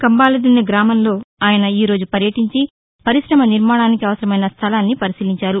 కంబాలదిన్నె గ్రామంలో ఆయన ఈరోజు పర్యటీంచి పర్కాశమనిర్మాణానికి అవసరమైన స్టలాన్ని పరిశీలించారు